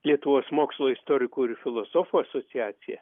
lietuvos mokslo istorikų ir filosofų asociacija